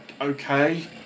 Okay